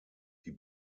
die